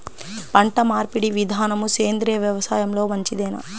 పంటమార్పిడి విధానము సేంద్రియ వ్యవసాయంలో మంచిదేనా?